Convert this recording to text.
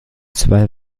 zwei